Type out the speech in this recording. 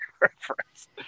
reference